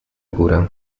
górę